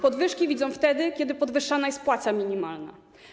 Podwyżki widzą wtedy, kiedy podwyższana jest płaca minimalna.